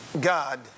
God